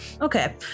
Okay